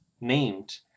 named